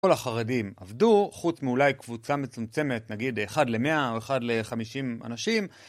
כל החרדים עבדו, חוץ מאולי קבוצה מצומצמת, נגיד אחד ל-100 או אחד ל-50 אנשים.